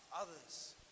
others